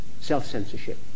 self-censorship